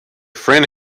friend